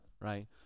right